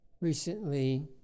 Recently